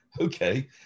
okay